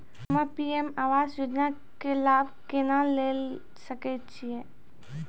हम्मे पी.एम आवास योजना के लाभ केना लेली सकै छियै?